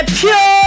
pure